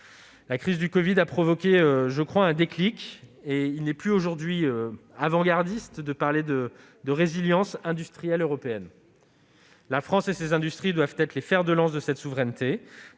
La crise du covid a provoqué un déclic, et il n'est plus aujourd'hui avant-gardiste de parler de résilience industrielle européenne. La France et ses industries doivent être les fers de lance de cette souveraineté,